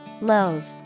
Love